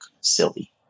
silly